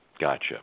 Gotcha